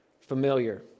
familiar